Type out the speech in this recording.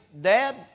Dad